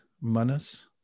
manas